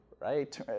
right